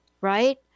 right